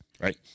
Right